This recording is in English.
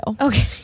Okay